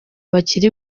bakiri